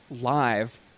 live